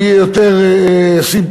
מי יהיה יותר סימפתי,